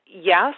Yes